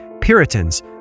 Puritans